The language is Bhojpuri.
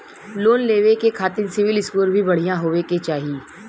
लोन लेवे के खातिन सिविल स्कोर भी बढ़िया होवें के चाही?